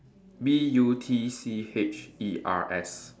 B U T C H E R S